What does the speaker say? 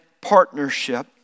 Partnership